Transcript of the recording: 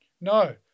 No